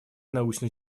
научно